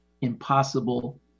impossible